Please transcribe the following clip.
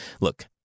Look